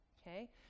okay